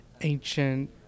ancient